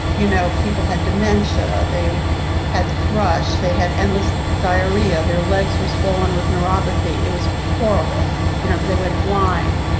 you know. people had dementia. they had thrush, they had endless diarrhea. their legs were swollen with neuropathy. it was horrible you know that they went blind.